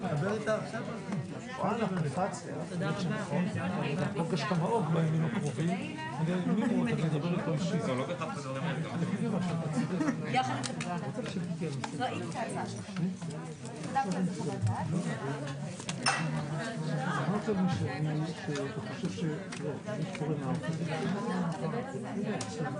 14:55.